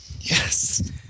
Yes